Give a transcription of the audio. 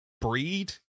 breed